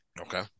Okay